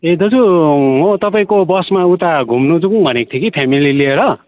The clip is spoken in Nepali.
ए दाजु म तपाईँको बसमा उता घुम्नु जाउँ भनेको थिएँ कि फेमिली लिएर